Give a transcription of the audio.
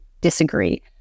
disagree